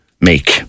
make